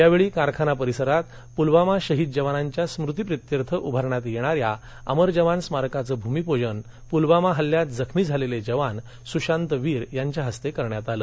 यावेळी कारखाना परिसरात पुलवामा शहीद जवानांच्या स्मृतिप्रित्यर्थ उभारण्यात येणाऱ्या अमर जवान स्मारकाचे भूमिपूजन पुलवामा हल्ल्यात जखमी झालेले जवान सुशांत वीर यांच्या हस्ते करण्यात आले